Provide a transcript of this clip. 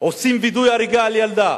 עושים וידוא הריגה על ילדה.